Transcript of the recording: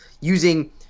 using